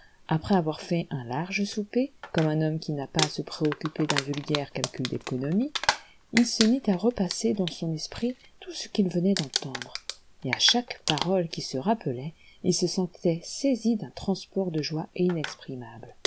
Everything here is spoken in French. après avoir fait un large souper comme un homme qui n'a pas à se préoccuper d'un vulgaire calcul d'économie il se mit à repasser dans son esprit tout ce qu'il venait d'entendre et à chaque parole qu'il se rappelait il se sentait saisi d'un transport de joie